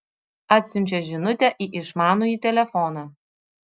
atsiunčia žinutę į išmanųjį telefoną